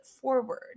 forward